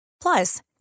Plus